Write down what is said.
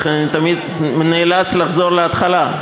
לכן אני תמיד נאלץ לחזור להתחלה.